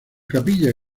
capilla